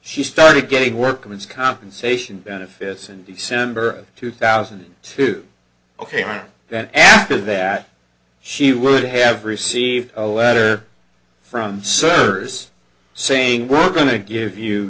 she started getting workman's compensation benefits in december of two thousand and two ok and then after that she would have received a letter from servers saying we're going to give you